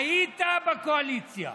היית בקואליציה,